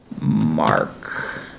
Mark